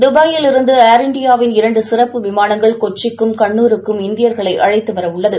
தபாயில் இருந்து ஏர் இந்தியாவின் இரண்டு சிறப்பு விமானங்கள் கொச்சிக்கும் கண்ணூருக்கும் இந்தியர்களை அழைத்துவர உள்ளது